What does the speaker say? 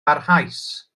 barhaus